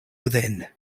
within